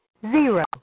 zero